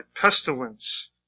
pestilence